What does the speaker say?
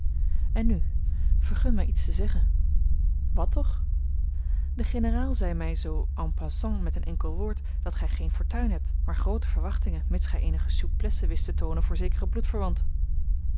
en nu vergun mij iets te zeggen wat toch de generaal zei mij zoo en passant met een enkel woord dat gij geene fortuin hebt maar groote verwachtingen mits gij eenige souplesse wist te toonen voor zekeren